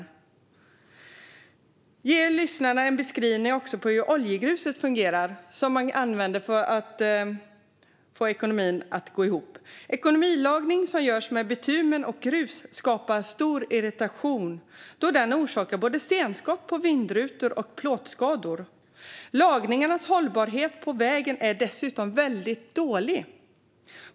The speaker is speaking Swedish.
Jag ska också ge lyssnarna en beskrivning av hur oljegruset, som man använder för att få ekonomin att gå ihop, fungerar. Ekonomilagningar som görs med bitumen och grus skapar stor irritation då de orsakar både stenskott på vindrutor och plåtskador. Väglagningarnas hållbarhet är dessutom väldigt dålig.